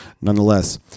Nonetheless